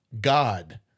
God